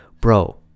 bro